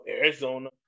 Arizona